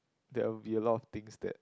there would be a lot of things that